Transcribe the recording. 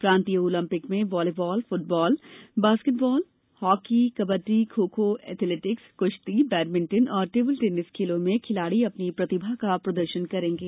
प्रांतीय ओलम्पिक में volleyball football basketball hockey kabaddi kho kho athletics कृश्ती बैडमिन्टन और टेबिल टेनिस खेलों में खिलाड़ी अपनी प्रतिभा का प्रदर्शन करेंगे